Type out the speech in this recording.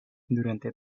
durante